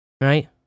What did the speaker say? right